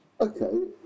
Okay